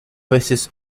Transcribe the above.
veces